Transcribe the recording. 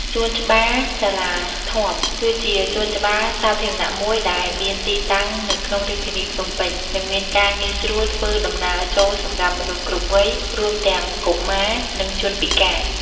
សួនច្បារសាលាធម្ម គឺជាសួនច្បារសាធារណៈមួយដែលមានទីតាំងនៅក្នុងរាជធានីភ្នំពេញ និងមានការងាយស្រួលធ្វើដំណើរចូលសម្រាប់មនុស្សគ្រប់វ័យ រួមទាំងកុមារ និងជនពិការ។